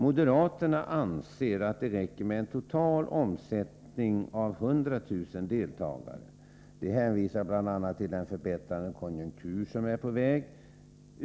Moderaterna anser att det räcker med en total omfattning av 100 000 deltagare. De hänvisar bl.a. till den förbättrade konjunktur som är på väg.